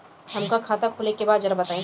हमका खाता खोले के बा जरा बताई?